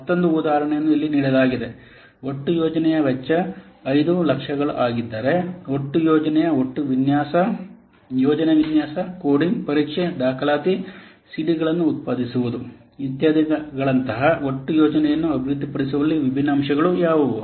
ಮತ್ತೊಂದು ಉದಾಹರಣೆಯನ್ನು ಇಲ್ಲಿ ನೀಡಲಾಗಿದೆ ಒಟ್ಟು ಯೋಜನೆಯ ವೆಚ್ಚ 500000 ಆಗಿದ್ದರೆ ಒಟ್ಟಾರೆ ಯೋಜನೆಯ ಒಟ್ಟು ಯೋಜನೆ ವಿನ್ಯಾಸ ಕೋಡಿಂಗ್ ಪರೀಕ್ಷೆ ದಾಖಲಾತಿ ಸಿಡಿಗಳನ್ನು ಉತ್ಪಾದಿಸುವುದು ಇತ್ಯಾದಿಗಳಂತಹ ಒಟ್ಟು ಯೋಜನೆಯನ್ನು ಅಭಿವೃದ್ಧಿಪಡಿಸುವಲ್ಲಿ ವಿಭಿನ್ನ ಅಂಶಗಳು ಯಾವುವು